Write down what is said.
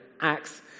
Acts